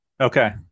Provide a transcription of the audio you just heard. Okay